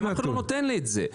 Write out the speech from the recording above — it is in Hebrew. אתה לא נותן לי את זה.